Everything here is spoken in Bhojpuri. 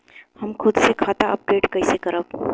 हम खुद से खाता अपडेट कइसे करब?